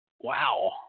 Wow